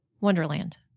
wonderland